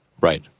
Right